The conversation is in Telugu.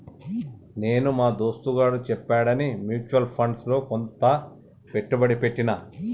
నేను మా దోస్తుగాడు చెప్పాడని మ్యూచువల్ ఫండ్స్ లో కొంత పెట్టుబడి పెట్టిన